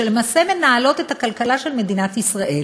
שלמעשה מנהלות את הכלכלה של מדינת ישראל,